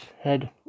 head